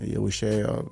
jau išėjo